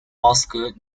oscar